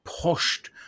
pushed